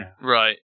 Right